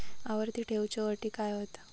आवर्ती ठेव च्यो अटी काय हत?